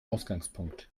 ausgangpunkt